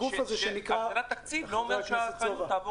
-- אני לא בא